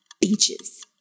Beaches